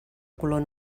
color